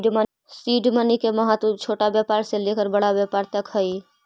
seed money के महत्व छोटा व्यापार से लेकर बड़ा व्यापार तक हई